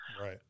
Right